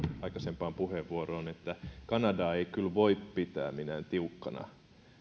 aikaisempaan puheenvuoroon että kanadaa ei kyllä voi pitää minään tiukkana